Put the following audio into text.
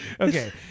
Okay